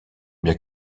bien